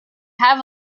have